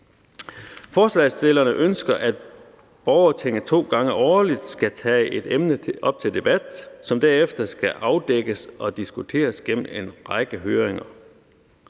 Forslagsstillerne ønsker, at borgertinget to gange årligt skal tage et emne op til debat, som derefter skal afdækkes og diskuteres gennem en række høringer.